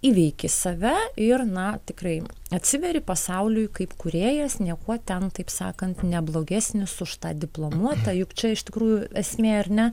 įveiki save ir na tikrai atsiveri pasauliui kaip kūrėjas niekuo ten taip sakant ne blogesnis už tą diplomuotą juk čia iš tikrųjų esmė ar ne